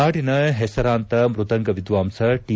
ನಾಡಿನ ಹೆಸರಾಂತ ಮೃದಂಗ ವಿದ್ವಾಂಸ ಟಿ